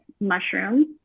mushrooms